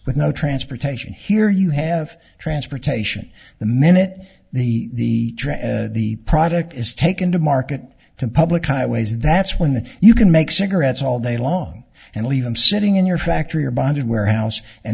with no transportation here you have transportation the minute the the product is taken to market to public highways that's when the you can make cigarettes all day long and leave them sitting in your factory or bonded warehouse and